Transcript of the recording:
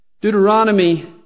Deuteronomy